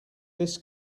this